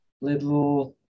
little